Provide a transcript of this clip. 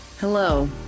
Hello